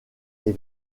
les